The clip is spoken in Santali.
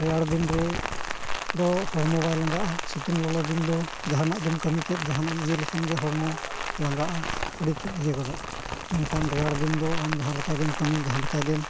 ᱨᱮᱭᱟᱲ ᱫᱤᱱ ᱨᱮᱫᱚ ᱦᱚᱲᱢᱚ ᱵᱟᱭ ᱞᱟᱝᱜᱟᱜᱼᱟ ᱥᱤᱛᱩᱝ ᱞᱚᱞᱚ ᱫᱤᱱ ᱫᱚ ᱡᱟᱦᱟᱱᱟᱜ ᱜᱮᱢ ᱠᱟᱹᱢᱤ ᱠᱮᱫ ᱡᱟᱦᱟᱱᱟᱜ ᱮᱢ ᱤᱭᱟᱹ ᱞᱮᱠᱷᱟᱱ ᱜᱮ ᱦᱚᱲᱢᱚ ᱞᱟᱝᱜᱟᱜᱼᱟ ᱟᱹᱰᱤ ᱛᱮᱫ ᱤᱭᱟᱹ ᱜᱚᱫᱚᱜᱼᱟ ᱢᱮᱱᱠᱷᱟᱱ ᱨᱮᱭᱟᱲ ᱫᱤᱱ ᱫᱚ ᱟᱢ ᱡᱟᱦᱟᱸ ᱞᱮᱠᱟ ᱜᱮᱢ ᱠᱟᱹᱢᱤ ᱡᱟᱦᱟᱸ ᱞᱮᱠᱟ ᱜᱮᱢ